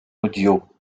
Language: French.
audio